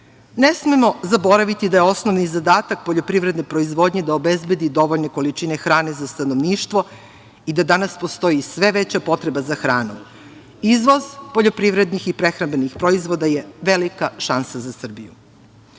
smemo zaboraviti da je osnovni zadatak poljoprivrednoj proizvodnji da obezbedi dovoljne količine hrane za stanovništvo i da danas postoji sve veća potreba za hranom. Izvoz poljoprivrednih i prehrambenih proizvoda je velika šansa za Srbiju. Ono